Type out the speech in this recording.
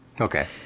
Okay